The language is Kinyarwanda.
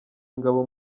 ingabo